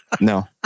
No